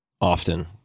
often